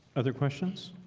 other questions